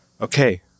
okay